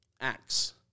acts